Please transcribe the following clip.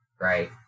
Right